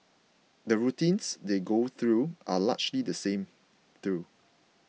the routines they go through are largely the same though